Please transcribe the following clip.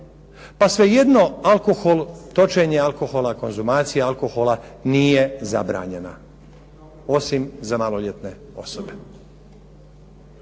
pa svejedno alkohol, točenje alkohola, konzumacija alkohola nije zabranjena osim za maloljetne osobe.